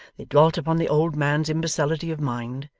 they dwelt upon the old man's imbecility of mind,